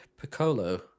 Piccolo